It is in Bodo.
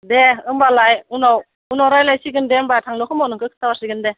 दे होनबालाय उनाव रायज्लायसिगोन दे होनबा थांनो समाव नोंंखौ खिन्थाहरसिगोन दे